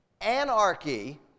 anarchy